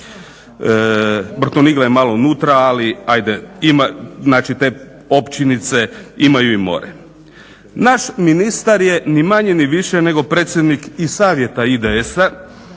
Brtonigla je malo unutra ali ajde, te općinice imaju i more. Naš ministar je ni manje ni više nego predsjednik i Savjeta IDS-a